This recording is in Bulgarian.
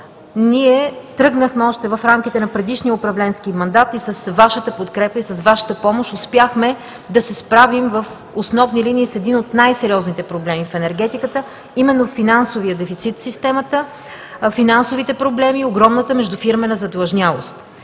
Ето защо още в рамките на предишния управленски мандат ние тръгнахме и с Вашата подкрепа, и с Вашата помощ успяхме да се справим в основни линии с един от най-сериозните проблеми в енергетиката – финансовия дефицит в системата, финансовите проблеми, огромната междуфирмена задлъжнялост.